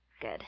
good